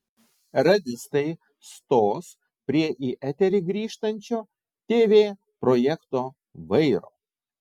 radistai stos prie į eterį grįžtančio tv projekto vairo